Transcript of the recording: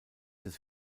des